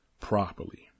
properly